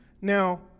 Now